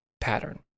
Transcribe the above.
pattern